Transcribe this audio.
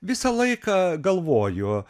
visą laiką galvoju